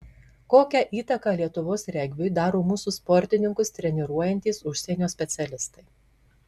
kokią įtaką lietuvos regbiui daro mūsų sportininkus treniruojantys užsienio specialistai